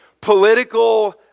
Political